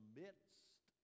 midst